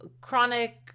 chronic